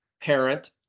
parent